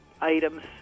items